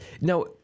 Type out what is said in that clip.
No